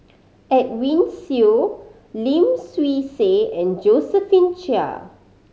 Edwin Siew Lim Swee Say and Josephine Chia